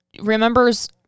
remembers